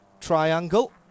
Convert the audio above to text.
Triangle